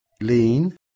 lean